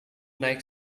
naik